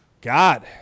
God